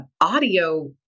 audio